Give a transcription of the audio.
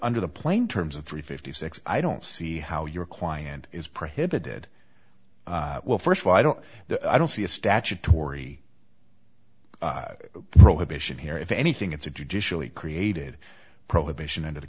under the plain terms of three fifty six i don't see how your client is prohibited well first of all i don't i don't see a statutory prohibition here if anything it's a judicially created prohibition and the